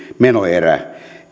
menoerä